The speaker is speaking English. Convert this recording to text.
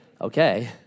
okay